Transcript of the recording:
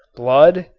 blood,